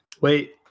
Wait